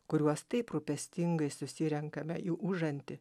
kuriuos taip rūpestingai susirenkame į užantį